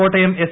Kottayam S